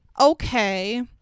Okay